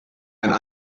einen